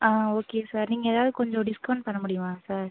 ஆ okay sir நீங்கள் ஏதாவது கொஞ்சம் டிஸ்கவுண்ட் பண்ண முடியுமா சார்